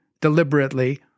deliberately